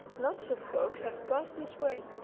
lots of folks have passed this way.